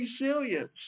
resilience